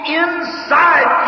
inside